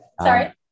Sorry